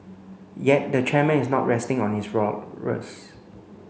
yet the chairman is not resting on his laurels